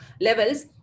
levels